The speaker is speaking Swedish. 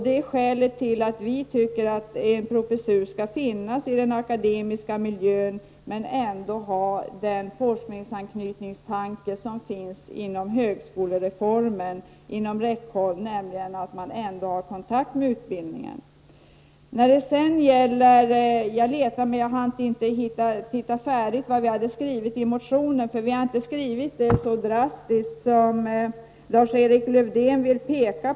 Det är skälet till att vi tycker att en professur skall finnas i den akademiska miljön men ändå ha forskningsanknytning inom räckhåll, som tanken var i högskolereformen, nämligen att man har kontakt med utbildningen. Jag har inte hunnit titta färdigt på vad vi hade skrivit i vår motion, men vi har inte skrivit så drastiskt som Lars-Erik Lövdén ville hävda.